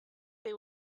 they